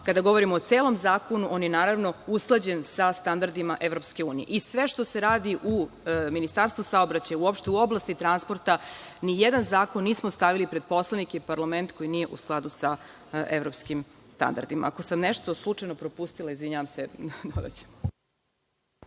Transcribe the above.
Kada govorimo o celom zakonu, on je naravno usklađen sa standardima EU. I sve što se radi u Ministarstvu saobraćaja, uopšte u oblasti transporta, nijedan zakon nismo stavili pred poslanike, pred parlament, koji nije u skladu sa evropskim standardima. Ako sam nešto slučajno propustila, izvinjavam se.